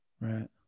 right